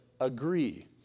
agree